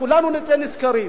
כולנו נצא נשכרים.